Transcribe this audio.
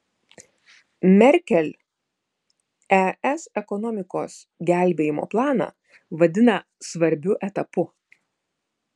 merkel es ekonomikos gelbėjimo planą vadina svarbiu etapu